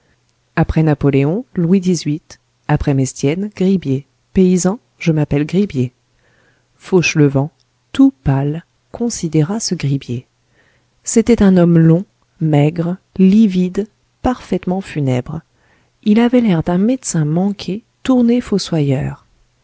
après napoléon louis xviii après mestienne gribier paysan je m'appelle gribier fauchelevent tout pâle considéra ce gribier c'était un homme long maigre livide parfaitement funèbre il avait l'air d'un médecin manqué tourné fossoyeur